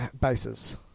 bases